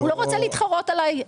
הוא לא רוצה להתחרות עליי.